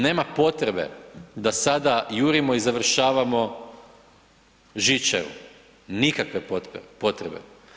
Nema potrebe da sada jurimo i završavamo žičaru, nikakve potrebe.